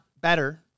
better